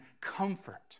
comfort